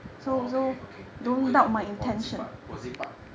oh okay okay then 我 zip up 我 zip up